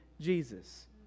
Jesus